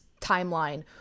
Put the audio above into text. timeline